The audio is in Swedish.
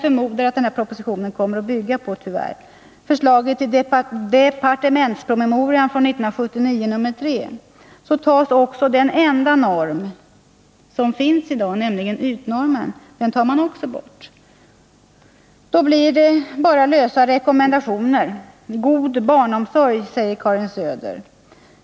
förmodar att propositionen tyvärr kommer att bygga på, tas också den enda norm som finns i dag, nämligen ytnormen, bort. Det hela blir bara lösa rekommendationer. ”God barnomsorg”, säger Karin Söder.